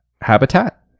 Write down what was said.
habitat